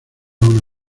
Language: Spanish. una